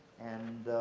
and,